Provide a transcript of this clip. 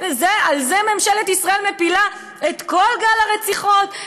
על זה ממשלת ישראל מפילה את כל גל הרציחות,